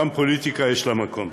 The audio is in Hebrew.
גם פוליטיקה יש לה מקום.